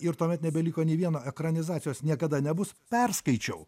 ir tuomet nebeliko nė vieno ekranizacijos niekada nebus perskaičiau